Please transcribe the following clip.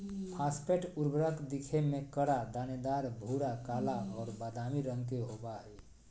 phosphate उर्वरक दिखे में कड़ा, दानेदार, भूरा, काला और बादामी रंग के होबा हइ